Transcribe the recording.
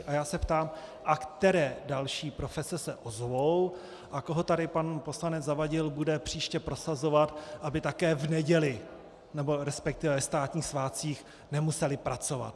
A já se ptám: A které další profese se ozvou a koho tady pan poslanec Zavadil bude příště prosazovat, aby také v neděli, resp. ve státních svátcích nemuseli pracovat?